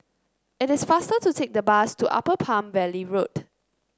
it is faster to take the bus to Upper Palm Valley Road